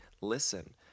Listen